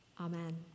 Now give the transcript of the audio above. Amen